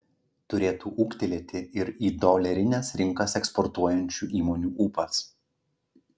turėtų ūgtelėti ir į dolerines rinkas eksportuojančių įmonių ūpas